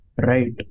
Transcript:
right